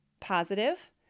positive